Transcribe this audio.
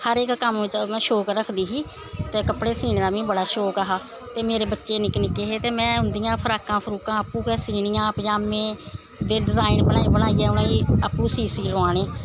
हर इक कम्म च में शौंक रखदी ही ते कपड़े सीने दा मिगी बड़ा शौंक हा ते मेरे बच्चे निक्के निक्के हे ते में उंदियां फ्राकां फ्रूकां आपूं गै सीनियां पज़ामें दे डिजाईन बनाई बनाइयै आपूं आपूं सियै उ'नेंगी लोआने